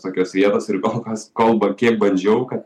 tokios vietos ir kol kas kol va kiek bandžiau kad